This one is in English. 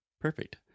Perfect